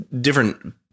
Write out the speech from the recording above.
different